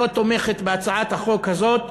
לא תומכת בהצעת החוק הזאת,